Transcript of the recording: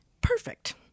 Perfect